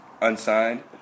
Unsigned